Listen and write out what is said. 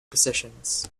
positions